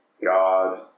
God